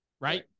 right